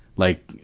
like,